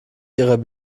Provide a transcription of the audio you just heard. ihrer